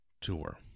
tour